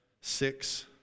six